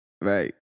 Right